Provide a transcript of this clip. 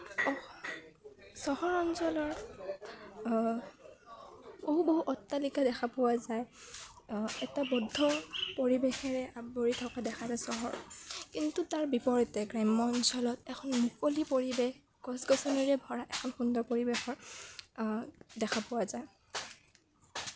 চহৰ অঞ্চলৰ বহু বহু অট্টালিকা দেখা পোৱা যায় এটা বন্ধ পৰিৱেশেৰে আৱৰি থকা দেখা যায় চহৰত কিন্তু তাৰ বিপৰীতে গ্ৰাম্য অঞ্চলত এখন মুকলি পৰিৱেশ গছ গছনিৰে ভৰা এটা সুন্দৰ পৰিবেশৰ দেখা পোৱা যায়